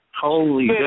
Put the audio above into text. Holy